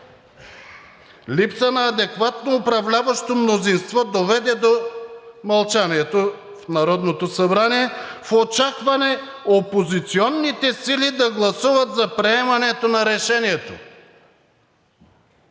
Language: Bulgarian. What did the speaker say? Липса на адекватно управляващо мнозинство доведе до мълчанието в Народното събрание в очакване опозиционните сили да гласуват за приемането на решението.